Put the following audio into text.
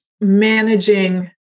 managing